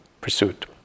pursuit